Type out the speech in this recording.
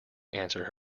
answered